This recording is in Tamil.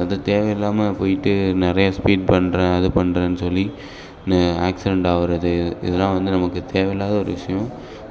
அது தேவை இல்லாமல் போயிட்டு நிறையா ஸ்பீட் பண்ணுறேன் அது பண்ணுறேன்னு சொல்லி நே ஆக்சிடெண்ட் ஆவறது இதெல்லாம் வந்து நமக்குத் தேவையில்லாத ஒரு விஷயம்